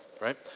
Right